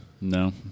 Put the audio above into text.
no